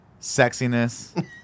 sexiness